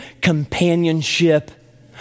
companionship